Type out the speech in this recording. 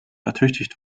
ertüchtigt